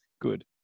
good